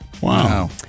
Wow